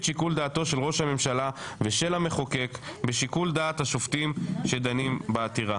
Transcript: שיקול דעתו של ראש הממשלה ושל המחוקק בשיקול דעת השופטים שדנים בעתירה.